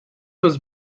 was